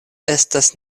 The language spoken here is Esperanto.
estas